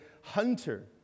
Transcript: hunter